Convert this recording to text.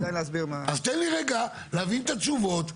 אז תן לי רגע להבין את התשובות.